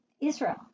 Israel